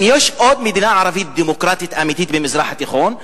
אם יש עוד מדינה ערבית דמוקרטית אמיתית במזרח התיכון,